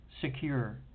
secure